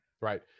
Right